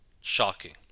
shocking